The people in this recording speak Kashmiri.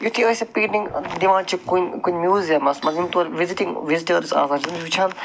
یِتھُے أسۍ یہِ پینٹِنٛگ دِوان چھِ کُنہِ کُنہِ میٛوٗزیمَس منٛز یِم تورٕ وِزِٹِنٛگ وِِزٹٲرٕس آسان چھِ یِم چھِ وُچھان